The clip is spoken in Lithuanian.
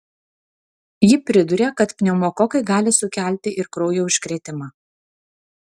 ji priduria kad pneumokokai gali sukelti ir kraujo užkrėtimą